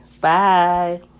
Bye